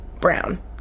brown